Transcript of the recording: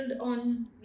on